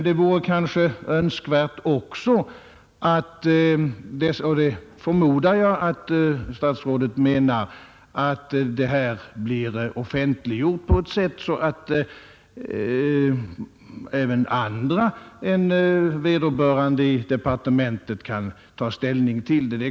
Det vore emellertid önskvärt — och jag förmodar att statsrådet menar att så skall bli fallet — att materialet blir offentliggjort på ett sådant sätt att även andra än de inom departementet berörda kan ta ställning till det.